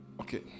Okay